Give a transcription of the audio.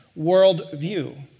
worldview